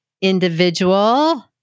individual